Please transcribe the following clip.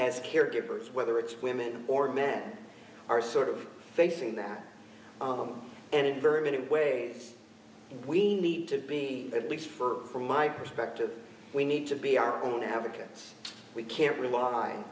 as caregivers whether it's women or men are sort of facing that and in very many ways we need to be at least for my perspective we need to be our own advocates we can't rely